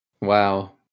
Wow